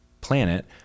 planet